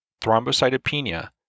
thrombocytopenia